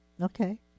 okay